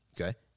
Okay